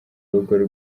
rugo